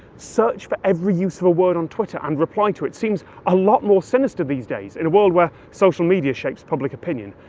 search for every use of a word on twitter and reply to it seems a lot more sinister these days, in a world where social media shapes public opinion.